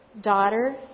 Daughter